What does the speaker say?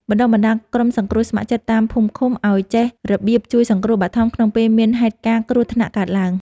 បណ្ដុះបណ្ដាលក្រុមសង្គ្រោះស្ម័គ្រចិត្តតាមភូមិឃុំឱ្យចេះរបៀបជួយសង្គ្រោះបឋមក្នុងពេលមានហេតុការណ៍គ្រោះថ្នាក់កើតឡើង។